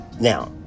Now